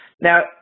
Now